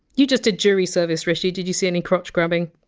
you just did jury service, hrishi. did you see any crotch-grabbing?